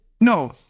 No